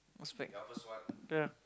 Uzbek yeah